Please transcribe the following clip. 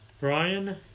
Brian